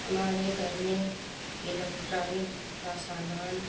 हमारे घर में इलेक्ट्रॉनिक का सामान